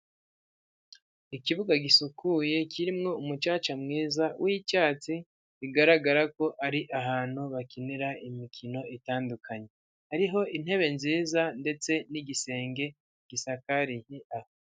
Ikibuga gisukuye, kirimo umucaca mwiza w'icyatsi, bigaragara ko ari ahantu bakinira imikino itandukanye. Hariho intebe nziza ndetse n'igisenge gisakariye aho.